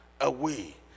away